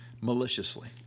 Maliciously